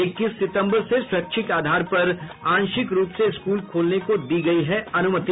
इक्कीस सितंबर से स्वैच्छिक आधार पर आंशिक रूप से स्कूल खोलने की दी गयी है अनुमति